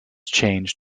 change